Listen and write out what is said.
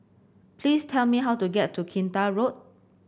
please tell me how to get to Kinta Road